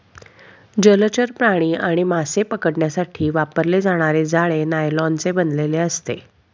जलचर प्राणी आणि मासे पकडण्यासाठी वापरले जाणारे जाळे नायलॉनचे बनलेले असते